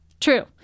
true